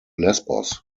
lesbos